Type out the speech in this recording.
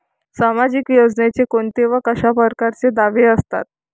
सामाजिक योजनेचे कोंते व कशा परकारचे दावे असतात?